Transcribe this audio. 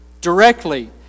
directly